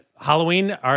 Halloween